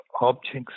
objects